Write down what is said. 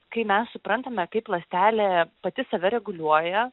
kai mes suprantame kaip ląstelė pati save reguliuoja